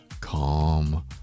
calm